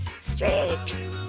straight